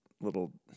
little